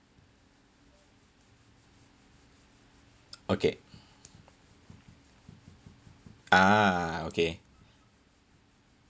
okay ah okay